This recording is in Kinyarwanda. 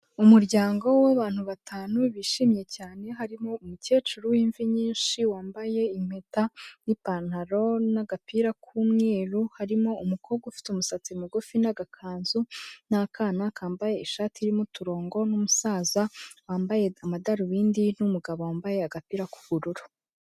Umuryango w'abantu batanu bishimye cyane, harimo umukecuru w'imvi nyinshi wambaye impeta n'ipantaro n'agapira k'umweru, harimo umukobwa ufite umusatsi mugufi n'agakanzu, n'akana kambaye ishati irimo uturongo, n'umusaza wambaye amadarubindi n'umugabo wambaye agapira k'ubururu.